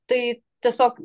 tai tiesiog